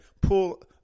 pull